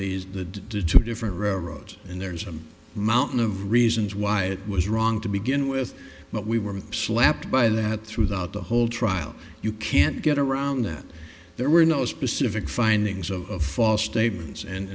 to two different railroads and there's a mountain of reasons why it was wrong to begin with but we were slapped by that throughout the whole trial you can't get around that there were no specific findings of false statements